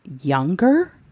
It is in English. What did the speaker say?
younger